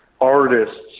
Artists